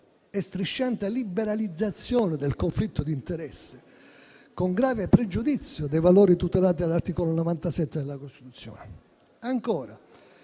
e strisciante liberalizzazione del conflitto di interesse, con grave pregiudizio dei valori tutelati dall'articolo 97 della Costituzione. Ancora,